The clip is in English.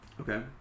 okay